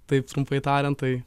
taip trumpai tariant tai